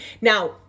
Now